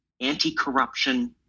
anti-corruption